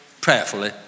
prayerfully